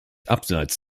abseits